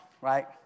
right